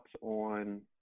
on